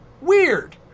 Weird